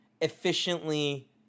efficiently